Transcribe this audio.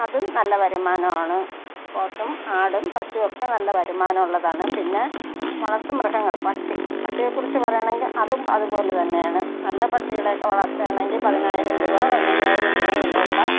അതും നല്ല വരുമാനമാണ് പോത്തും ആടും പശു ഒക്കെ നല്ല വരുമാനമുള്ളതാണ് പിന്നെ വളര്ത്തുമൃഗങ്ങള് പട്ടി പട്ടിയെക്കുറിച്ച് പറയുകയാണേങ്കിൽ അതും അതുപോലെ തന്നെയാണ് നല്ല പട്ടികളേയൊക്കെ വളര്ത്തുകയാണെങ്കില് പതിനായിരം രൂപ പതിനയ്യായിരം രൂപ വിലയുള്ള പട്ടികളൊക്കെ ഉണ്ട്